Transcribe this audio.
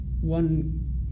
one